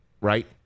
Right